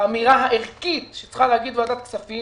האמירה הערכית שצריכה להגיד ועדת הכספים